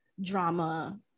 drama